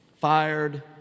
fired